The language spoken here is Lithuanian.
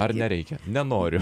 ar nereikia nenoriu